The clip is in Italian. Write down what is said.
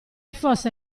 fosse